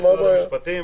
מה הבעיה?